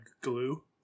glue